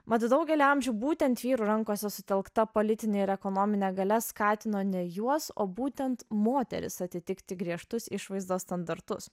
mat daugelį amžių būtent vyrų rankose sutelkta politinė ir ekonominė galia skatino ne juos o būtent moteris atitikti griežtus išvaizdos standartus